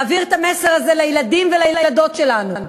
להעביר את המסר הזה לילדים, ולילדות שלנו,